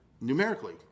numerically